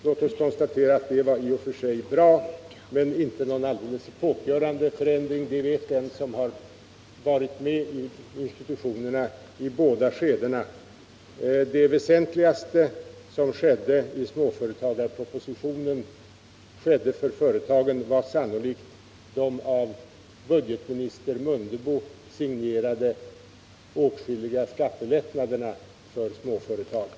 Låt oss konstatera att det i och för sig var bra, men det var inte någon alldeles epokgörande förändring. Det vet den som varit med i institutionerna i båda skedena. Det väsentligaste som skedde för företagen i småföretagarpropositionen var sannolikt de av budgetminister Mundebo signerade skattelättnaderna för småföretagen.